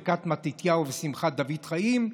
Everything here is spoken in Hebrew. ברכת מתתיהו ושמחת דוד חיים,